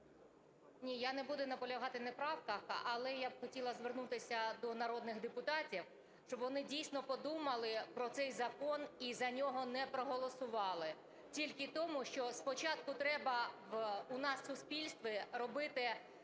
Ні, я не буду наполягати на правках. Але я б хотіла звернутися до народних депутатів, щоб вони дійсно подумали про цей закон і за нього не проголосували тільки тому, що спочатку треба у нас в суспільстві робити